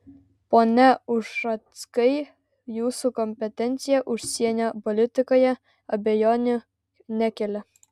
pone ušackai jūsų kompetencija užsienio politikoje abejonių nekelia